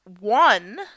one